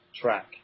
Track